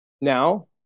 now